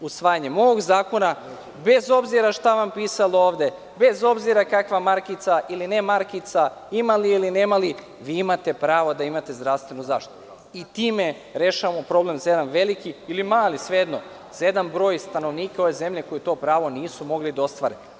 Usvajanjem ovog zakona, bez obzira šta vam pisalo ovde, bez obzira kakva markica ili ne markica, imali je ili nemali, vi imate pravo da imate zdravstvenu zaštitu i time rešavamo problem za jedan veliki ili mali broj stanovnika ove zemlje koji to pravo nisu mogli da ostvare.